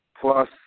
plus